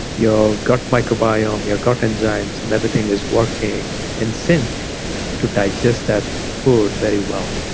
your gut microbiome, your gut enzymes and everything is working in sync to digest that food very well.